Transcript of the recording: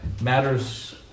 matters